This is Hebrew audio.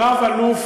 רב-אלוף,